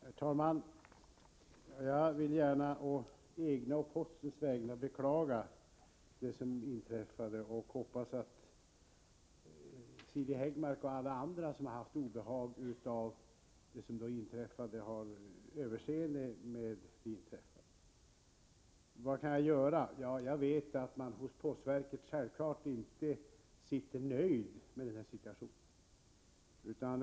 Herr talman! Jag vill gärna framhålla att jag å egna och även å postens vägnar beklagar det som inträffat. Jag hoppas att Siri Häggmark och alla andra som haft obehag av det inträffade har överseende därmed. Vad kan jag då göra? Ja, jag vet i varje fall att man — självfallet är det så — på postverket inte är nöjd med den här situationen.